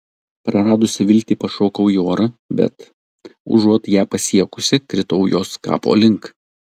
praradusi viltį pašokau į orą bet užuot ją pasiekusi kritau jos kapo link